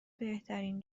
بهترین